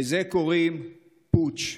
לזה קוראים פוטש,